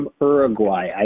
Uruguay